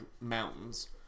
mountains